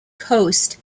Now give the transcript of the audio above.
coast